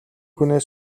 хүнээс